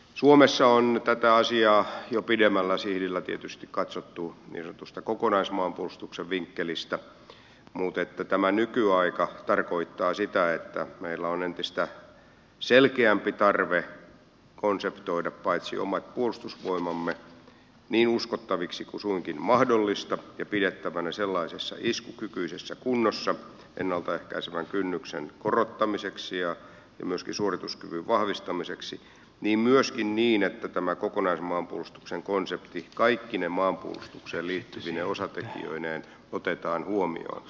suomessa on tätä asiaa jo pidemmällä sihdillä tietysti katsottu niin sanotusta kokonaismaanpuolustuksen vinkkelistä mutta tämä nykyaika tarkoittaa sitä että meillä on entistä selkeämpi tarve paitsi konseptoida omat puolustusvoimamme niin uskottaviksi kuin suinkin mahdollista ja pidettävä ne sellaisessa iskukykyisessä kunnossa ennalta ehkäisevän kynnyksen korottamiseksi ja myöskin suorituskyvyn vahvistamiseksi myöskin toimia niin että tämä kokonaismaanpuolustuksen konsepti kaikkine maanpuolustukseen liittyvine osatekijöineen otetaan huomioon